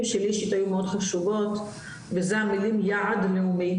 שלי אישית היו מאוד חשובות וזה המילים 'יעד לאומי'